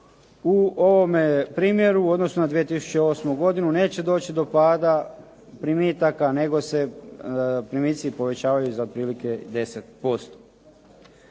U ovome primjeru u odnosu na 2008. godinu neće doći do pada primitaka nego se primici povećavaju za otprilike 10%